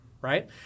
right